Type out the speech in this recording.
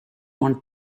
one